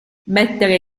mettere